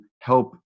help